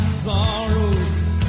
sorrows